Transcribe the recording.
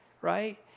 right